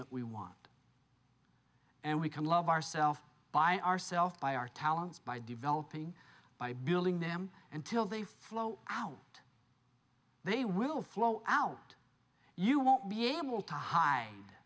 that we want and we can love ourself by ourself by our talents by developing by building them until they flow out they will flow out you won't be able to hide